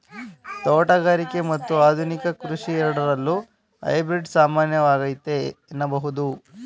ತೋಟಗಾರಿಕೆ ಮತ್ತು ಆಧುನಿಕ ಕೃಷಿ ಎರಡರಲ್ಲೂ ಹೈಬ್ರಿಡ್ ಸಾಮಾನ್ಯವಾಗೈತೆ ಎನ್ನಬಹುದು